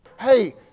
hey